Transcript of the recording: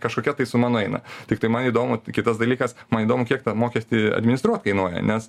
kažkokia tai suma nueina tiktai man įdomu kitas dalykas man įdomu kiek tą mokestį administruot kainuoja nes